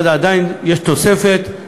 אבל עדיין יש תוספת,